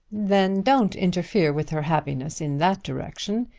then don't interfere with her happiness in that direction.